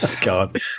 god